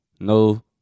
No